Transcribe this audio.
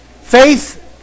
Faith